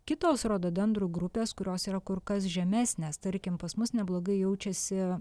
kitos rododendrų grupės kurios yra kur kas žemesnės tarkim pas mus neblogai jaučiasi